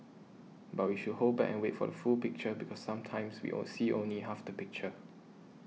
but we should hold back and wait for the full picture because sometimes we on see only half the picture